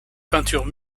peinture